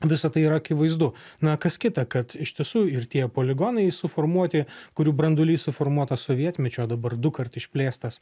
visa tai yra akivaizdu na kas kita kad iš tiesų ir tie poligonai suformuoti kurių branduolys suformuotas sovietmečiu o dabar dukart išplėstas